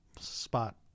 spot